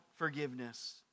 forgiveness